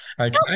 okay